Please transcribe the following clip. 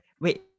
wait